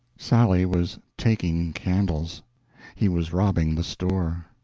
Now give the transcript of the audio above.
sally was taking candles he was robbing the store.